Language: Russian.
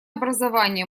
образование